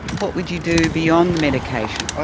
what would you do beyond the medication? ah